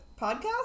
podcast